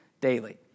daily